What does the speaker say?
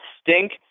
stink